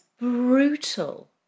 brutal